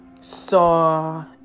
saw